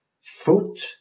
foot